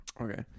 Okay